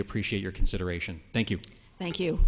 appreciate your consideration thank you thank you